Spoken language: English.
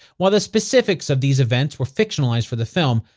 while the specifics of these events were fictionalized for the film,